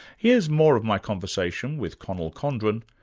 here's more of my conversation with conal condren,